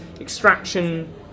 extraction